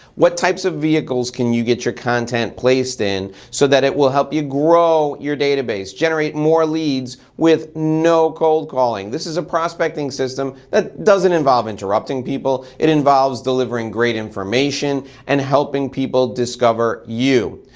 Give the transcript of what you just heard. what types of vehicles can you get your content placed in so that it will help you grow your database, generate more leads with no cold calling. this is a prospecting system that doesn't involve interrupting people, it involves delivering great information and helping people discover you.